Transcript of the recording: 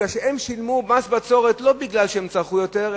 כי הן שילמו מס בצורת לא מכיוון שהן צרכו יותר,